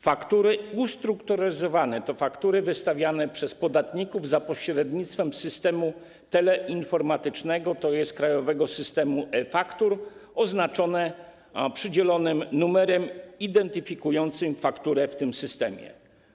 Faktury ustrukturyzowane to faktury wystawiane przez podatników za pośrednictwem systemu teleinformatycznego, tj. Krajowego Systemu e-Faktur, oznaczone przydzielonym numerem identyfikującym fakturę w tym systemie.